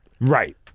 Right